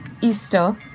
Easter